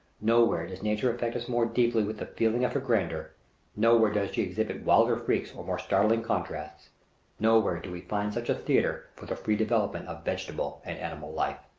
nowhere does nature affect us more deeply with the feeling of her grandeur nowhere does she exhibit wilder freaks or more startling contrasts nowhere do we find such a theatre for the free development of vegetable and animal life.